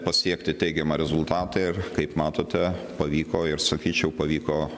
pasiekti teigiamą rezultatą ir kaip matote pavyko ir sakyčiau pavyko